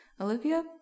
Olivia